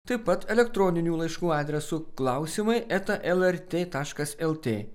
taip pat elektroninių laiškų adresu klausimai eta lrt taškas lt